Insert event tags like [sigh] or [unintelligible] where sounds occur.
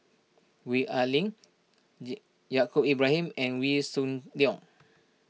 Gwee Ah Leng [unintelligible] Yaacob Ibrahim and Wee Shoo Leong